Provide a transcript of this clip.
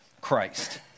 Christ